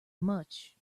much